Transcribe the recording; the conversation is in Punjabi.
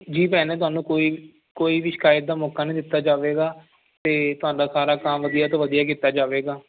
ਜੀ ਭੈਣ ਤੁਹਾਨੂੰ ਕੋਈ ਕੋਈ ਵੀ ਸ਼ਿਕਾਇਤ ਦਾ ਮੌਕਾ ਨਹੀਂ ਦਿੱਤਾ ਜਾਵੇਗਾ ਅਤੇ ਤੁਹਾਡਾ ਸਾਰਾ ਕੰਮ ਵਧੀਆ ਤੋਂ ਵਧੀਆ ਕੀਤਾ ਜਾਵੇਗਾ